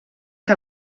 que